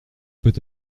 peut